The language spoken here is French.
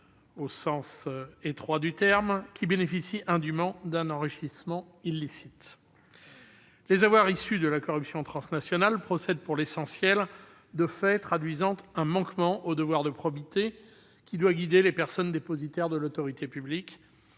d'une minorité d'oligarques qui bénéficient indûment d'un enrichissement illicite ». Les avoirs issus de la corruption transnationale procèdent pour l'essentiel de faits traduisant un manquement au devoir de probité devant guider les personnes dépositaires de l'autorité publique.